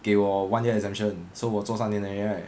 给我 one year exemption so 我做三年而已 right